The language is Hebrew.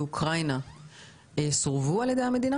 באוקראינה לא הורשו להיכנס על ידי המדינה?